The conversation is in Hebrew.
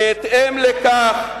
בהתאם לכך,